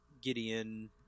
Gideon